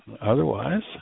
Otherwise